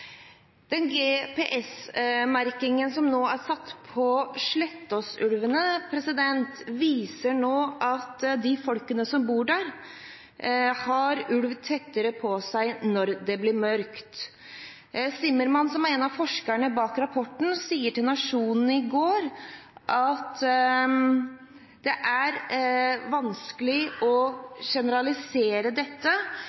Den GPS-merkingen som nå er satt på Slettås-ulvene, viser at de folkene som bor der, har ulv tettere på seg når det blir mørkt. Zimmermann, som er en av forskerne bak rapporten, sier til Nationen i går at det er vanskelig